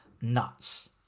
nuts